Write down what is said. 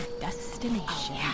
destination